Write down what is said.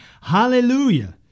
Hallelujah